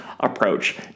Approach